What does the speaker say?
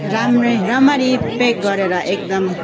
राम्रै राम्ररी प्याक गरेर एकदम